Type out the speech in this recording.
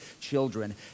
children